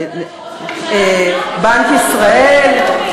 בנק ישראל,